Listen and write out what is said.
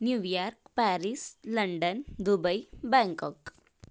New York Paris London Dubai Bangkok